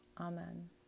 Amen